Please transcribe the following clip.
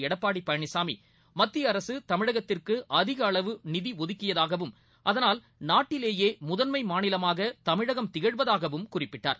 எடப்பாடிபழனிசாமி மத்திய அரசுதமிழகத்திற்கு அதிகளவு நிதிஒதுக்கியதாகவும் அதனால் நாட்டிலேயேமுதன்மைமாநிலமாகதமிழகம் திகழ்வதாகவும் குறிப்பிட்டார்